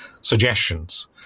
suggestions